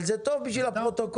אבל זה טוב בשביל הפרוטוקול.